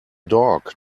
dog